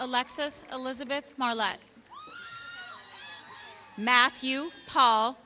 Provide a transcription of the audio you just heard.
alexis elizabeth marla matthew paul